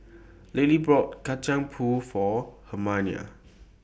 Lilie bought Kacang Pool For Hermina